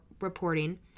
reporting